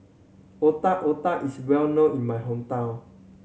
Otak Otak is well known in my hometown